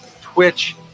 Twitch